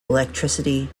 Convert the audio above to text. electricity